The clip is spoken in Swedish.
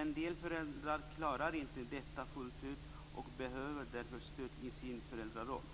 En del föräldrar klarar inte detta fullt ut och behöver därför stöd i sin föräldraroll.